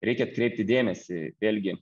reikia atkreipti dėmesį vėlgi